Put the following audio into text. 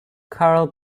carl